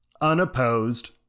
unopposed